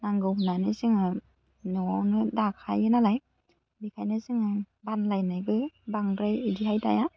नांगौ होन्नानै जोङो न'आवनो दाखायो नालाय बेखायनो जोङो फानलायनायबो बांद्राय बिदिहाय दाया